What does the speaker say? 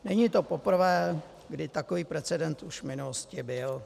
Není to poprvé, kdy takový precedent už v minulosti byl.